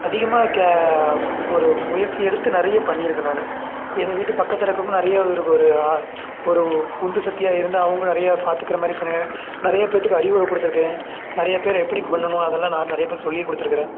அதிகமாக ஒரு முயற்சி எடுத்து நிறைய பண்ணியிருக்கேன் நான் எங்கள் வீட்டு பக்கத்தில் இருக்கறவங்க நிறைய இருக்குது ஒரு ஒரு உந்து சக்தியாக இருந்து அவங்களும் நிறையா பாத்துக்கிற மாதிரி இப்போ நிறைய பேத்துக்கு அறிவுரை கொடுத்துருக்கேன் நிறைய பேர் எப்படி இப்போ பண்ணணும் அதெல்லாம் நான் நிறையா பேருக்கு சொல்லியும் கொடுத்துருக்குறேன்